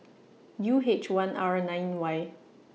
U H one R nine Y